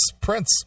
Prince